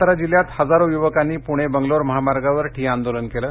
सातारा जिल्ह्यात हजारो युवकांनी पुणे बंगलोर महामार्गावर ठिय्या आंदोलन केलं